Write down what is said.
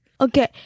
Okay